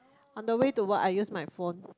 on the way to work I use my phone